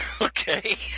Okay